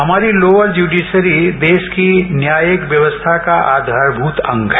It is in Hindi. हमारी लोकर प्यूडियरी देश की न्यायिक व्यवस्था का आघारमूत अंग है